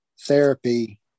therapy